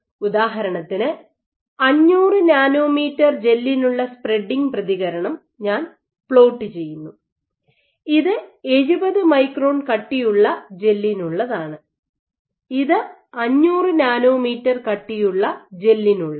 ഉദാഹരണത്തിന് 500 നാനോമീറ്റർ ജെല്ലിനുള്ള സ്പ്രെഡിംഗ് പ്രതികരണം ഞാൻ പ്ലോട്ട് ചെയ്യുന്നു ഇത് 70 മൈക്രോൺ കട്ടിയുള്ള ജെല്ലിനുള്ളതാണ് ഇത് 500 നാനോമീറ്റർ കട്ടിയുള്ള ജെല്ലിനുള്ളതും